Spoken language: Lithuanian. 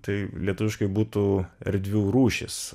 tai lietuviškai būtų erdvių rūšys